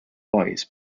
boys